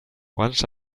once